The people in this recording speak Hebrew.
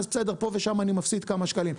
אז בסדר, פה ושם אני מפסיד כמה שקלים.